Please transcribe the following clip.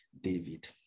David